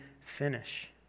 finish